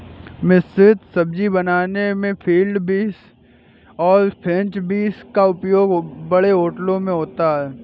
मिश्रित सब्जी बनाने में फील्ड बींस और फ्रेंच बींस का उपयोग बड़े होटलों में होता है